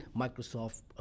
Microsoft